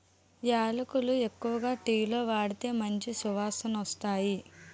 యాలకులు ఎక్కువగా టీలో వాడితే మంచి సువాసనొస్తాయి